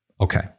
okay